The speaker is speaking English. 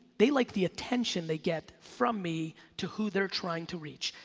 they like the attention they get from me to who they're trying to reach.